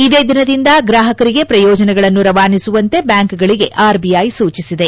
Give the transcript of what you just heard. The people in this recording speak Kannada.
ಇದೇ ದಿನದಿಂದ ಗ್ರಾಹಕರಿಗೆ ಪ್ರಯೋಜನಗಳನ್ನು ರವಾನಿಸುವಂತೆ ಬ್ಯಾಂಕ್ ಗಳಿಗೆ ಆರ್ಬಿಐ ಸೂಚಿಸಿದೆ